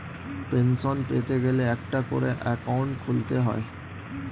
pension পেতে গেলে একটা করে অ্যাকাউন্ট খুলতে হয়